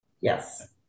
Yes